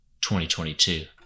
2022